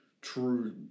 true